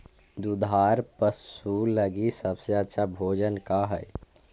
दुधार पशु लगीं सबसे अच्छा भोजन का हई?